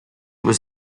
was